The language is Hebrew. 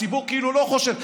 הציבור כאילו לא חושב.